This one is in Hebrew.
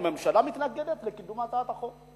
אבל הנה לכם: הממשלה מתנגדת לקידום הצעת החוק,